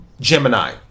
Gemini